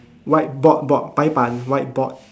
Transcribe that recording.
white board board 白板 white board